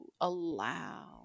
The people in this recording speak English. allow